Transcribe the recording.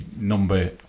number